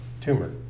tumor